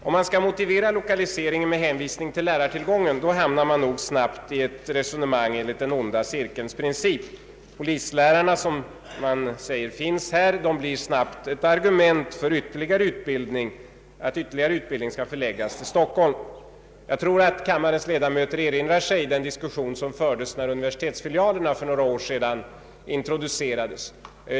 Om man skall motivera lokaliseringen med hänvisning till lärartillgången hamnar man nog snabbt i ett resonemang enligt den onda cirkelns princip. Polislärarna, som enligt uppgift finns här, blir snabbt ett argument för att ytterligare utbildning skall förläggas till Stockholm. Kammarens ledamöter erinrar sig säkert den diskussion som fördes när universitetsfilialerna för några år sedan introducerades.